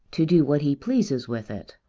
to do what he pleases with it.